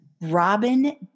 Robin